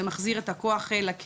זה מחזיר את הכוח לקהילה,